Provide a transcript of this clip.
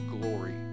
glory